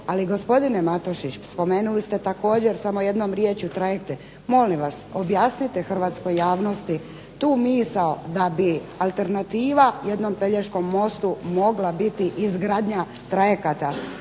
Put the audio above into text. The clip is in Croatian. Ali gospodine Matušić spomenuli ste također samo jednom riječju trajekte. Molim vas objasnite hrvatskoj javnosti tu misao da bi alternativa jednom Pelješkom mostu mogla biti izgradnja trajekata.